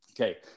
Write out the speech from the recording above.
Okay